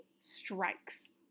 strikes